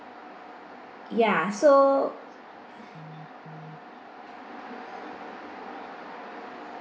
ya so